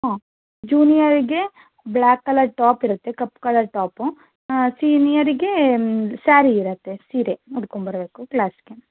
ಹಾಂ ಜೂನಿಯರ್ಗೆ black colour top ಇರತ್ತೆ ಕಪ್ಪು ಕಲರ್ ಟಾಪ್ ಸೀನಿಯರ್ಗೆ ಸ್ಯಾರಿ ಇರತ್ತೆ ಸೀರೆ ಉಟ್ಕೊಂಡು ಬರಬೇಕು ಕ್ಲಾಸ್ಗೆ